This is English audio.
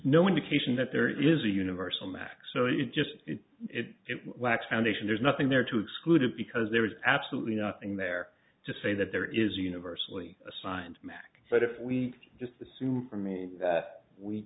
no indication that there is a universal mask so you just lack foundation there's nothing there to exclude it because there is absolutely nothing there to say that there is universally assigned mac but if we just assume for me that we